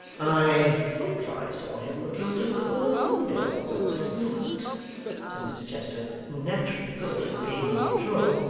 i thought i saw him looking through the corner window but this moment said mr chester, who naturally thought that being on patrole,